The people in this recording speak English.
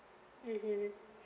mmhmm